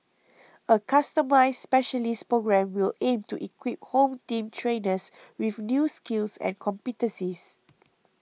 a customised specialist programme will aim to equip Home Team trainers with new skills and competencies